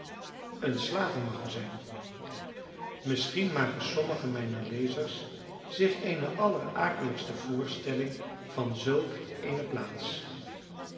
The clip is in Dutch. een slavenmagazijn misschien maken sommigen mijner lezers zich eene allerakeligste voorstelling van zulk eene plaats